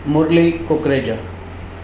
Murli Kukreja